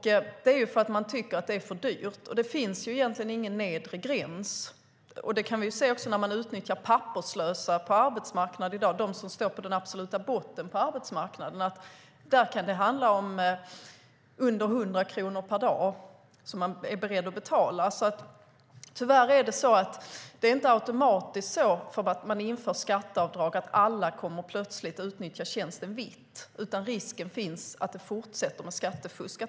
Det är för att man tycker att det är för dyrt. Det finns egentligen inte någon nedre gräns. Det kan vi se när man i dag utnyttjar papperslösa på arbetsmarknaden. Det är de som står på den absoluta botten på arbetsmarkanden. Man är beredd att betala under 100 kronor per dag. Tyvärr är det inte automatiskt så när man inför skatteavdrag att alla plötsligt kommer att utnyttja tjänsten vitt. Risken finns att skattefusk fortsätter.